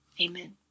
amen